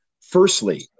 Firstly